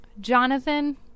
Jonathan